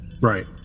right